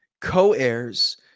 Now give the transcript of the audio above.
co-heirs